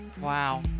Wow